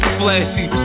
flashy